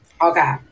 Okay